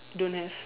don't have